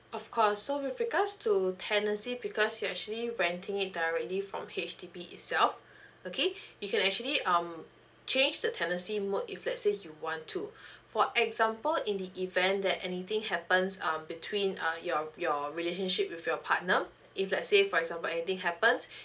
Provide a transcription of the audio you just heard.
of course so with regards to tenancy because you actually renting it directly from H_D_B itself okay you can actually um change the tenancy mode if let's say you want to for example in the event that anything happens um between uh your your relationship with your partner if let's say for example anything happens